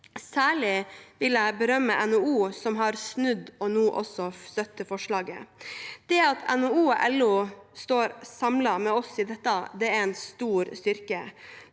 Særlig vil jeg berømme NHO, som har snudd og nå støtter forslaget. Det at NHO og LO står samlet med oss i dette, er en stor styrke,